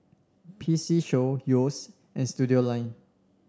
P C Show Yeo's and Studioline